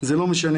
זה לא משנה,